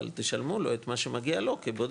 אבל תשלמו לו את מה שמגיע לו כבודד.